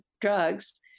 Drugs